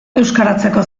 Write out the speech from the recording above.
euskaratzeko